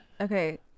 Okay